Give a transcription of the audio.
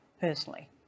personally